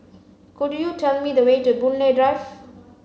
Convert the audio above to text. could you tell me the way to Boon Lay Drive